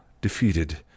Defeated